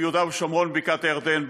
ביהודה ושומרון ובבקעת הירדן,